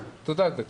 תודה, גברתי.